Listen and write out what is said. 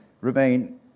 remain